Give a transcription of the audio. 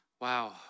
Wow